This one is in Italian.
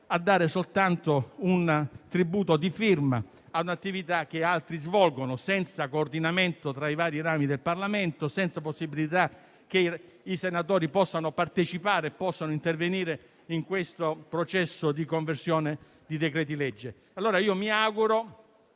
dare soltanto un tributo di firma a un'attività che altri svolgono, senza coordinamento tra i vari rami del Parlamento, senza che i senatori possano partecipare e intervenire in questo processo di conversione di decreti-legge. Mi auguro